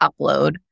upload